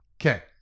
Okay